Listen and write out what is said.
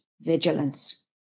vigilance